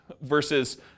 Versus